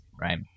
right